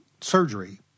surgery